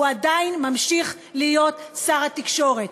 הוא עדיין ממשיך להיות שר התקשורת.